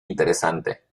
interesante